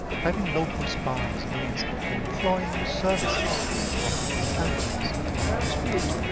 having local spies means employing the services of the inhabitants of a district.